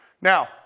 Now